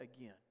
again